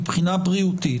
מבחינה בריאותית,